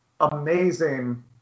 amazing